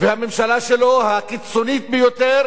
והממשלה שלו, הקיצונית ביותר,